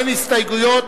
אין הסתייגויות,